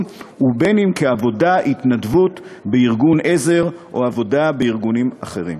ובין אם כעבודה או התנדבות בארגון עזר או בעבודה בארגונים אחרים.